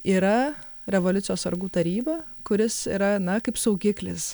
yra revoliucijos sargų taryba kuris yra na kaip saugiklis